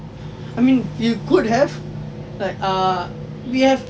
I mean you could have like err we have